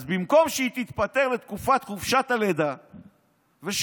אז במקום שהיא תתפטר לתקופת חופשת הלידה ושיחזור